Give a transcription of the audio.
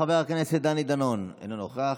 חבר הכנסת דני דנון, אינו נוכח.